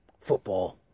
football